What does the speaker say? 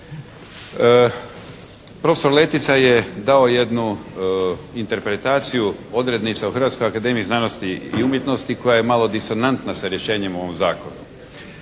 Profesor Letica je dao jednu interpretaciju odrednica u Hrvatskoj akademiji znanosti i umjetnosti koja je malo disonantna sa rješenjem u ovom zakonu.